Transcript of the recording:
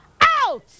out